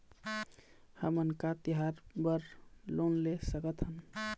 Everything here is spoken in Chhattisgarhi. हमन का तिहार बर लोन ले सकथन?